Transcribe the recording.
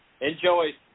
enjoy